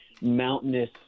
mountainous